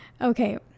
Okay